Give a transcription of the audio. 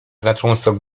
znacząco